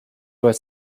were